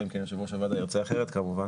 אלא אם כן יושב ראש הוועדה ירצה אחרת כמובן,